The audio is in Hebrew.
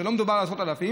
לא מדובר על עשרות אלפים,